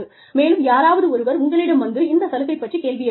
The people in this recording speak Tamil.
மேலும் யாராவது ஒருவர் உங்களிடம் வந்து இந்த சலுகை பற்றி கேள்வி எழுப்பலாம்